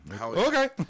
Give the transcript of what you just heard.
Okay